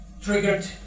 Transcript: triggered